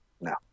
No